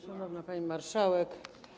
Szanowna Pani Marszałek!